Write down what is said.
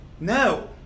No